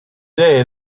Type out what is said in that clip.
day